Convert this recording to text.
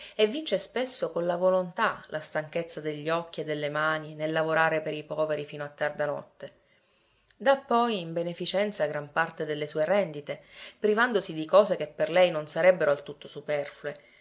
e vince spesso con la volontà la stanchezza degli occhi e delle mani nel lavorare per i poveri fino a tarda notte dà poi in beneficenza gran parte delle sue rendite privandosi di cose che per lei non sarebbero al tutto superflue